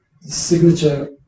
signature